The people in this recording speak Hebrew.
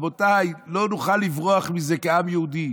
רבותיי, לא נוכל לברוח מזה כעם היהודי.